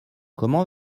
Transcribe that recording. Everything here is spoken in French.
comment